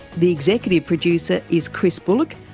the executive producer is chris bullock,